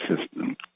system